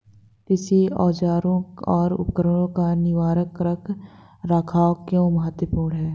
कृषि औजारों और उपकरणों का निवारक रख रखाव क्यों महत्वपूर्ण है?